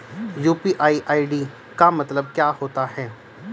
UPI ID का मतलब क्या होता है?